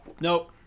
Nope